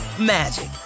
magic